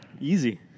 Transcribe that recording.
Easy